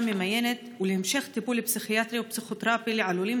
ממיינת ולהמשך טיפול פסיכיאטרי ופסיכותרפי עלולים